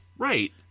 Right